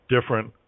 different